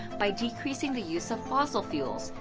by decreasing the use of fossil fuels.